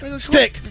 Stick